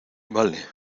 vale